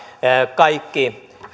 kaikki